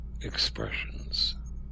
expressions